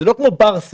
הוא לא כמו ברסי